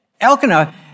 Elkanah